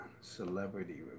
Celebrity